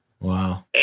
Wow